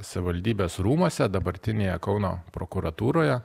savivaldybės rūmuose dabartinėje kauno prokuratūroje